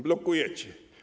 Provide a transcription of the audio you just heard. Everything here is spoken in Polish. Blokujecie.